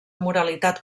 moralitat